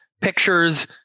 pictures